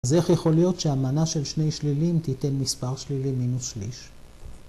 ‫אז איך יכול להיות שהמנה של ‫שני שלילים תיתן מספר שלילים מינוס שליש?